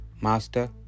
Master